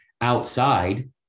outside